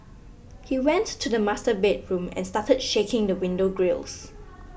he went to the master bedroom and started shaking the window grilles